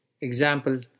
Example